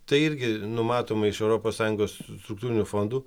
tai irgi numatoma iš europos sąjungos struktūrinių fondų